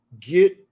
Get